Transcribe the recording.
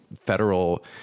federal